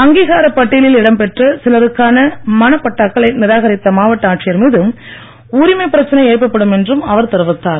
அங்கீகார பட்டியலில் இடம்பெற்ற சிலருக்கான மனை பட்டாக்களை நிராகரித்த மாவட்ட ஆட்சியர் மீது உரிமை பிரச்சனை எழுப்பப்படும் என்றும் அவர் தெரிவித்தார்